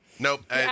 nope